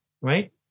right